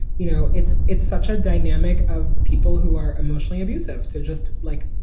you know, it's it's such a dynamic of people who are emotionally abusive to just, like,